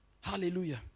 Hallelujah